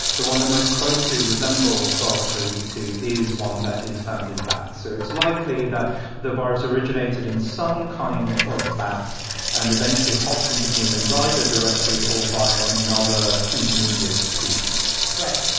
the one that most closely resembles sars cov two is one that is found in bats. so it's likely that the virus originated in some kind of bat and eventually hopped into humans either directly or via another intermediate species right.